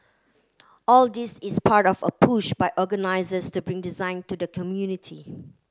all this is part of a push by organisers to bring design to the community